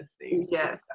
yes